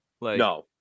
No